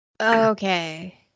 Okay